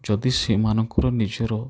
ଯଦି ସେମାନଙ୍କର ନିଜର